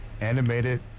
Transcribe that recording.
animated